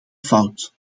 fout